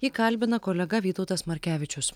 jį kalbina kolega vytautas markevičius